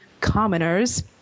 commoners